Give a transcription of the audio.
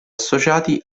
associati